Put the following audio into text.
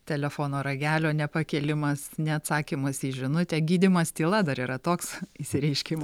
telefono ragelio nepakėlimas neatsakymas į žinutę gydymas tyla dar yra toks išsireiškim